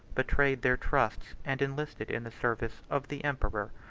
betrayed their trusts, and enlisted in the service of the emperor.